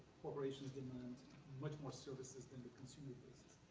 corporations demand much more services than the consumer businesses.